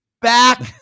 back